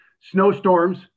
snowstorms